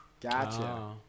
gotcha